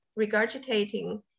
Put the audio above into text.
regurgitating